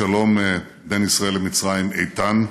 השלום בין ישראל למצרים איתן,